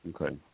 Okay